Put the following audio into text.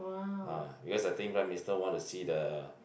ah because I think Prime Minister want to see the